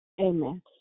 Amen